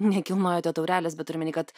nekilnojote taurelės bet turiu omeny kad